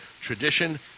tradition